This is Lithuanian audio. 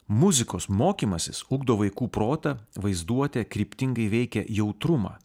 muzikos mokymasis ugdo vaikų protą vaizduotę kryptingai veikia jautrumą